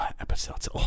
episodes